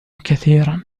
كثيرًا